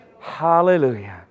Hallelujah